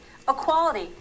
equality